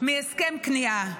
מהסכם כניעה.